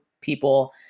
people